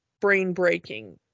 brain-breaking